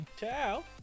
ciao